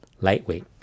lightweight